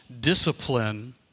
discipline